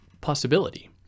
possibility